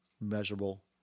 measurable